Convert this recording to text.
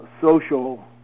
social